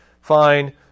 fine